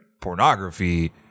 pornography